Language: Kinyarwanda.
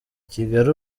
kigali